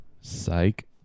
Psych